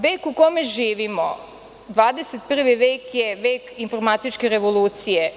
Vek u kome živimo, 21. vek je vek informatičke revolucije.